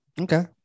okay